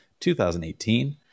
2018